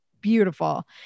beautiful